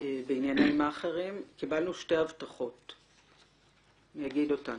בענייני מאכערים קיבלנו שתי הבטחות ואני אזכיר אותן: